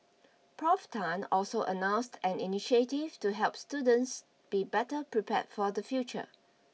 Prof Tan also announced an initiative to help students be better prepared for the future